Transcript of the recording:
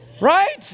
Right